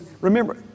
remember